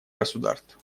государств